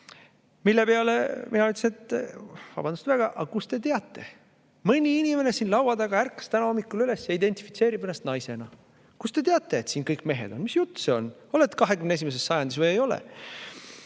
Selle peale mina ütlesin: "Vabandust väga, aga kust te teate? Mõni inimene siin laua taga [võib-olla] ärkas täna hommikul üles ja identifitseerib ennast naisena. Kust te teate, et siin kõik mehed on? Mis jutt see on? Olete 21. sajandis või ei ole?"